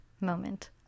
moment